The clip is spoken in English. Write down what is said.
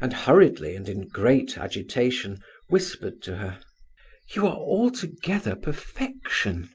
and hurriedly and in great agitation whispered to her you are altogether perfection